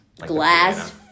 glass